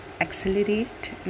Accelerate